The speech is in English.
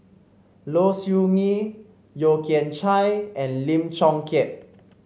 Low Siew Nghee Yeo Kian Chye and Lim Chong Keat